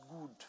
good